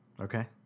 Okay